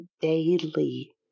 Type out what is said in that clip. daily